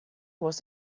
was